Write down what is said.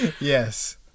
Yes